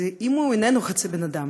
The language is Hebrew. אם הוא איננו חצי בן אדם,